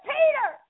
Peter